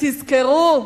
תזכרו: